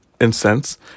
incense